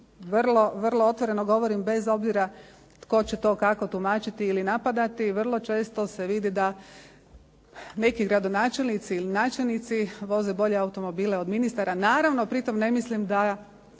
vrlo otvoreno govorim, bez obzira tko će to kako tumačiti ili napadati, vrlo često se vidi da neki gradonačelnici ili načelnici voze bolje automobile od ministara. Naravno pritom ne mislim da